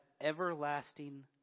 everlasting